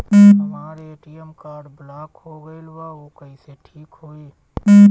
हमर ATM card block हो गईल बा ऊ कईसे ठिक होई?